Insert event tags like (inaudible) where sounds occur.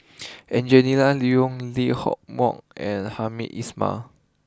(noise) Angelina Liong Lee Hock Moh and Hamed Ismail